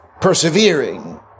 persevering